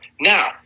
now